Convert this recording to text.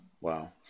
Wow